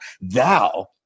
Thou